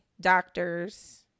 doctors